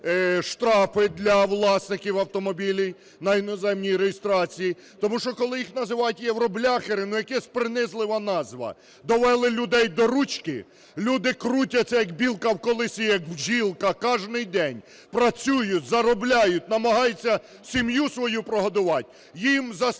штрафи для власників автомобілів на іноземній реєстрації. Тому що, коли їх називають "євробляхери", якась принизлива назва. Довели людей до ручки, люди крутяться, як білка в колесі, як бджілка, кожен день працюють, заробляють, намагаються сім'ю свою прогодувати, їх заставляють